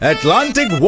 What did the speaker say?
Atlantic